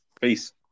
Peace